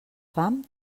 fam